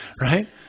Right